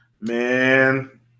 man